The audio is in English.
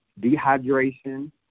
dehydration